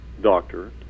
doctor